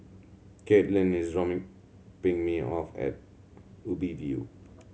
Katlin is drop me me off at Ubi View